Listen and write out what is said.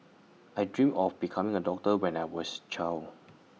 I dreamt of becoming A doctor when I was child